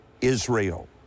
Israel